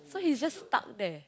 so he's just stuck there